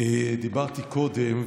דיברתי קודם,